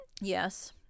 Yes